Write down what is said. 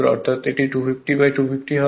অর্থাৎ এটি 250 250 হবে